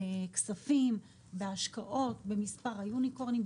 בכספים, בהשקעות, במספר היוניקורנים.